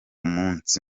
munsi